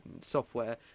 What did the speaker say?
software